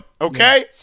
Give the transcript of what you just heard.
okay